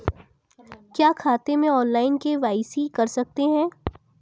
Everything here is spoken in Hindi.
क्या खाते में ऑनलाइन के.वाई.सी कर सकते हैं?